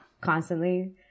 constantly